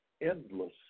endless